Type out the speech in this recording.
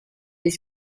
les